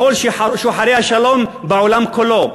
מכל שוחרי השלום בעולם כולו,